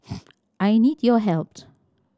I need your help